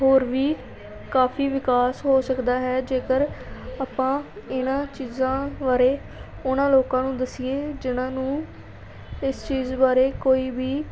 ਹੋਰ ਵੀ ਕਾਫੀ ਵਿਕਾਸ ਹੋ ਸਕਦਾ ਹੈ ਜੇਕਰ ਆਪਾਂ ਇਹਨਾਂ ਚੀਜ਼ਾਂ ਬਾਰੇ ਉਨ੍ਹਾਂ ਲੋਕਾਂ ਨੂੰ ਦੱਸੀਏ ਜਿਨ੍ਹਾਂ ਨੂੰ ਇਸ ਚੀਜ਼ ਬਾਰੇ ਕੋਈ ਵੀ